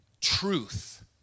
truth